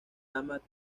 amat